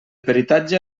peritatge